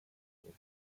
dave